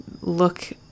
look